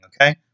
Okay